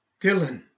Dylan